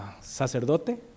sacerdote